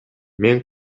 мен